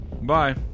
Bye